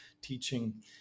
teaching